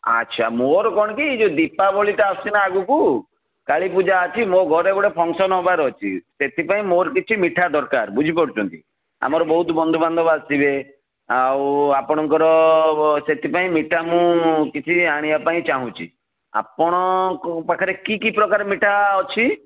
ଆଚ୍ଛା ମୋର କ'ଣ କି ଯୋଉ ଦୀପାବଳିଟା ଆସୁଛି ନା ଆଗକୁ କାଳୀପୂଜା ଅଛି ମୋ ଘରେ ଗୋଟେ ଫଙ୍କ୍ସନ୍ ହେବାର ଅଛି ସେଥିପାଇଁ ମୋର କିଛି ମିଠା ଦରକାର ବୁଝିପାରୁଛନ୍ତି ଆମର ବହୁତ ବନ୍ଧୁ ବାନ୍ଧବ ଆସିବେ ଆଉ ଆପଣଙ୍କର ସେଥିପାଇଁ ମିଠା ମୁଁ କିଛି ଆଣିବା ପାଇଁ ଚାହୁଁଛି ଆପଣଙ୍କ ପାଖରେ କି କି ପ୍ରକାର ମିଠା ଅଛି